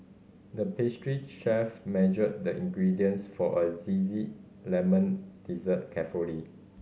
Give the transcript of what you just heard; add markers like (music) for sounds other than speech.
the pastry chef measured the ingredients for a (unintelligible) lemon dessert carefully